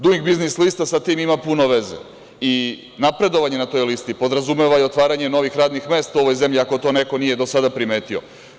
Duing biznis lista sa tim ima puno veze i napredovanje na toj listi podrazumeva i otvaranje novih radnih mesta u ovoj zemlji, ako to neko nije do sada primetio.